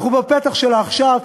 אנחנו בפתח שלה עכשיו,